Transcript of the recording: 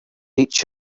each